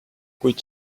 kuid